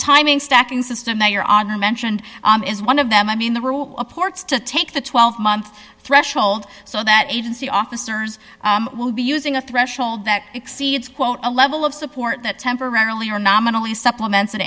timing stacking system that your honor mentioned is one of them i mean there were a ports to take the twelve month threshold so that agency officers would be using a threshold that exceeds quote a level of support that temporarily or nominally supplement